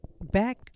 back